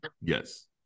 Yes